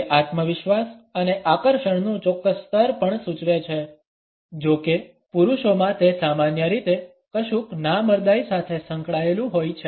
તે આત્મવિશ્વાસ અને આકર્ષણનું ચોક્કસ સ્તર પણ સૂચવે છે જો કે પુરુષોમાં તે સામાન્ય રીતે કશુંક નામર્દાઈ સાથે સંકળાયેલું હોય છે